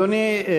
אדוני,